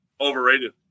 overrated